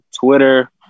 Twitter